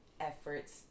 efforts